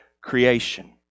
creation